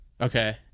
Okay